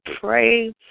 pray